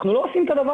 אנחנו לא עושים את זה.